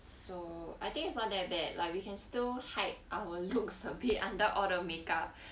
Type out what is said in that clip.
so I think it's not that bad like we can still hide our looks a bit under all the make up